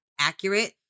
accurate